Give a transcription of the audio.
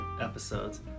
episodes